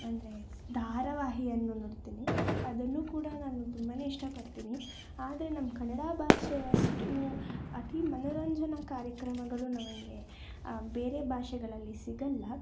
ಅಂದರೆ ಧಾರವಾಹಿಯನ್ನು ನೋಡ್ತೀವಿ ಅದನ್ನೂ ಕೂಡ ನಾನು ತುಂಬಾ ಇಷ್ಟಪಡ್ತೀನಿ ಆದರೆ ನಮ್ಮ ಕನ್ನಡ ಭಾಷೆ ಅಷ್ಟು ಅತಿ ಮನೊರಂಜನಾ ಕಾರ್ಯಕ್ರಮಗಳು ನಮಗೆ ಬೇರೆ ಭಾಷೆಗಳಲ್ಲಿ ಸಿಗೋಲ್ಲ